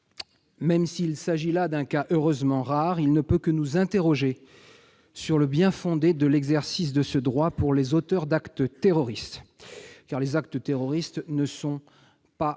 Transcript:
Même s'il s'agit là d'un cas heureusement rare, nous ne pouvons que nous interroger sur le bien-fondé de l'exercice de ce droit pour les auteurs d'actes terroristes. En effet, les actes terroristes ne sont pas